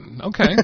Okay